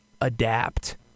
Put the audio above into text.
adapt